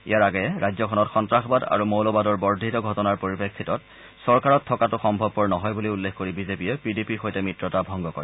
ইয়াৰ আগেয়ে ৰাজ্যখনত সন্ত্ৰাসবাদ আৰু মৌলবাদৰ বৰ্ধিত ঘটনাৰ পৰিপ্ৰেক্ষিতত চৰকাৰত থকাটো আৰু সম্ভৱপৰ নহয় বুলি উল্লেখ কৰি বিজেপিয়ে পিডিপিৰ সৈতে মিত্ৰতা ভংগ কৰে